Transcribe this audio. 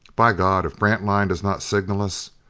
by god, if grantline does not signal us,